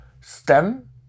STEM